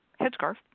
headscarf